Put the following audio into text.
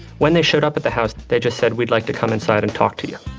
when they showed up at the house they just said, we'd like to come inside and talk to you.